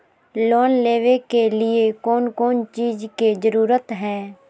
Loan लेबे के लिए कौन कौन चीज के जरूरत है?